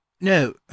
No